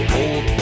old